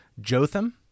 Jotham